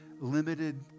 limited